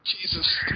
Jesus